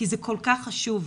כי זה כל כך חשוב.